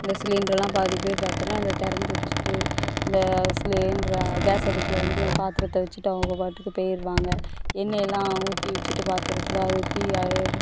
இந்த சிலிண்டர்லாம் பாதி பேர் பார்த்தோனா இந்த திறந்து வச்சிவிட்டு இந்த சிலிண்டர் ஆ கேஸ் அடுப்பில் வந்து பாத்திரத்தை வச்சிவிட்டு அவங்க பாட்டுக்கு போயிருவாங்க எண்ணெயெல்லாம் ஊற்றி வச்சிவிட்டு பாத்திரத்தில் அது தீ அது